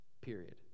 period